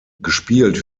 gespielt